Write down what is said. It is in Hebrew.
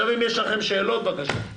אם יש לכם שאלות, בבקשה,